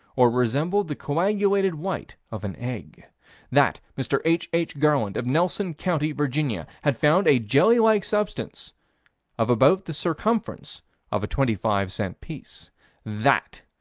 or resembled the coagulated white of an egg that mr. h h. garland, of nelson county, virginia, had found a jelly-like substance of about the circumference of a twenty-five-cent piece that,